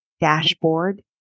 dashboard